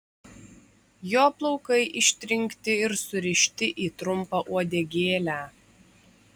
jo plaukai ištrinkti ir surišti į trumpą uodegėlę